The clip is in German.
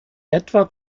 etwa